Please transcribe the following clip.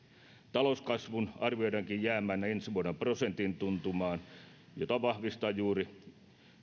talouskasvun arvioidaankin jäävän ensi vuonna prosentin tuntumaan mitä vahvistaa juuri